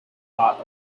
bought